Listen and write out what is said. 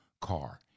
car